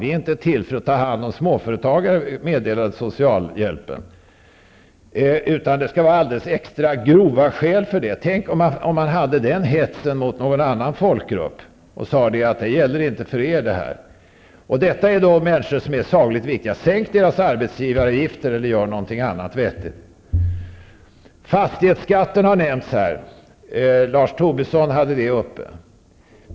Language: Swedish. Vi är inte till för att ta hand om småföretagare, meddelade socialhjälpen. Det skall vara alldeles extra starka skäl för det. Tänk om man hade den hetsen mot någon annan folkgrupp och sade: Det här gäller inte för er. Detta är människor som är sagolikt viktiga. Sänk deras arbetsgivaravgifter eller gör någonting annat vettigt! Fastighetsskatten har nämnts här av Lars Tobisson som tog upp den frågan.